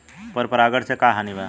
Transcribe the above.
पर परागण से का हानि बा?